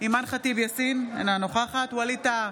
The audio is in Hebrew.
אימאן ח'טיב יאסין, אינה נוכחת ווליד טאהא,